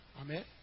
Amen